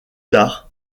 tard